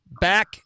back